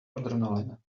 adrenaline